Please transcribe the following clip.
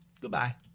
Goodbye